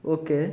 okay